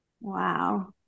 Wow